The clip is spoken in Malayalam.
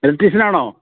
ഇലക്ട്രീഷ്യൻ ആണോ